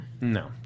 No